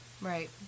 Right